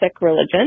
religion